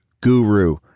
guru